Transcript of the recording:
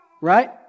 Right